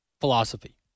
philosophy